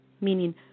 Meaning